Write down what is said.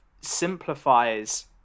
simplifies